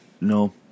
No